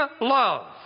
love